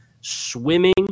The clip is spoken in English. swimming